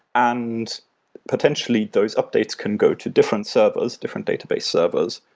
and potentially, those updates can go to different servers, different database servers.